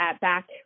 back